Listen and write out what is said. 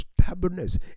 stubbornness